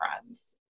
friends